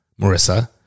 Marissa